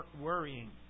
worrying